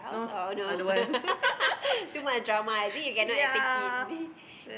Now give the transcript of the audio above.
no I don't want yeah then